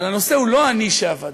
אבל הנושא הוא לא אני שעבדתי.